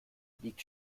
liegt